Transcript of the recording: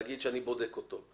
להגיד שאני בודק אותו.